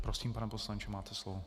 Prosím, pane poslanče, máte slovo.